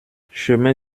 chemin